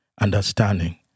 understanding